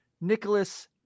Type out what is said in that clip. Nicholas